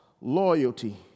loyalty